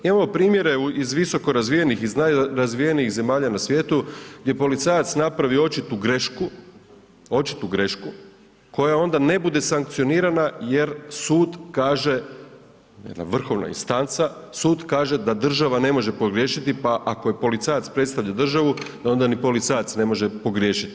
Imamo primjere iz visokorazvijenih i najrazvijenijih zemalja na svijetu gdje policajac napravi očitu grešku koja onda ne bude sankcionirana jer sud kaže, jedna vrhovna instanca, sud kaže da država ne može pogriješiti, pa ako je policajac predstavlja državu, da onda ni policajac ne može pogriješiti.